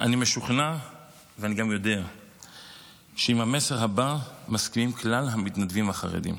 אני משוכנע ואני גם יודע שעם המסר הבא מסכימים כלל המתנדבים החרדים: